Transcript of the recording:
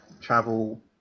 travel